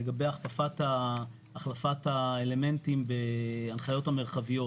לגבי החלפת האלמנטים בהנחיות המרחביות.